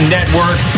Network